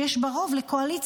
שיש בה רוב לקואליציה,